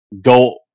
go